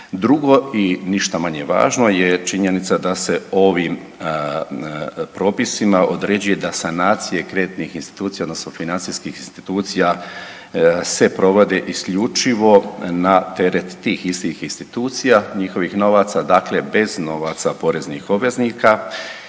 Drugo i ništa manje važno je činjenica da se ovim propisima određuje da sanacije kreditnih institucija odnosno financijskih institucija se provode isključivo na teret tih istih institucija i njihovih novaca, dakle bez novaca poreznih obveznika.